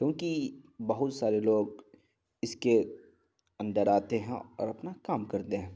کیونکہ بہت سارے لوگ اس کے اندر آتے ہیں اور اپنا کام کرتے ہیں